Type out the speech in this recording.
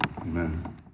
Amen